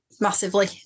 massively